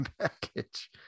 package